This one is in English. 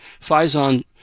Faison